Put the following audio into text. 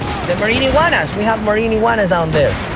the marine iguanas. we have marine iguanas down there.